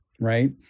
right